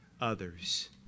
others